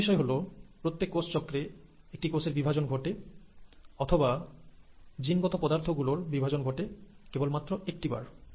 দ্বিতীয় বিষয় হল প্রত্যেক কোষচক্রে একটি কোষের বিভাজন ঘটে অথবা জিন গত পদার্থ গুলোর বিভাজন ঘটে কেবল মাত্র একটি বার